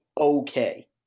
okay